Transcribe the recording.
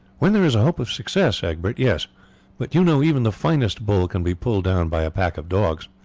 when there is a hope of success, egbert, yes but you know even the finest bull can be pulled down by a pack of dogs.